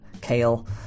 kale